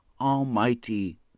Almighty